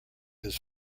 his